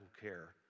care